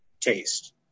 taste